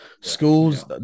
Schools